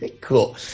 Cool